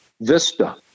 vista